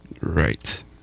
Right